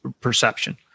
perception